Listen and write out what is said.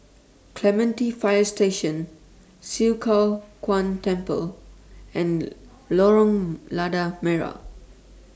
Clementi Fire Station Swee Kow Kuan Temple and Lorong Lada Merah